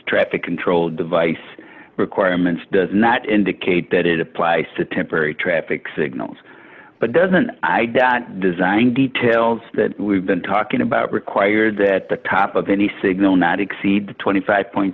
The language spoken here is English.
traffic control device requirements does not indicate that it applies to temporary traffic signals but doesn't identify design details that we've been talking about required that the top of any signal not exceed twenty five